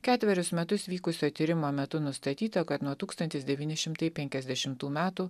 ketverius metus vykusio tyrimo metu nustatyta kad nuo tūkstantis devini šimtai penkiasdešimtų metų